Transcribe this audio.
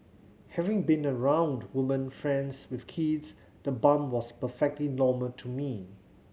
having been around women friends with kids the bump was perfectly normal to me